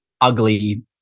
ugly